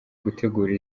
gutegura